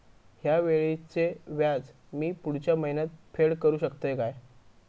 हया वेळीचे व्याज मी पुढच्या महिन्यात फेड करू शकतय काय?